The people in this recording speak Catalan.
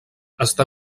està